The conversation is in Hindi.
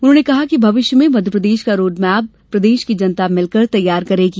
उन्होंने कहा कि भविष्य में मध्यप्रदेश का रोडमैप प्रदेश की जनता मिलकर तैयार करेगी